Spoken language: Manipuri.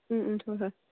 ꯎꯝ ꯎꯝ ꯍꯣꯏ ꯍꯣꯏ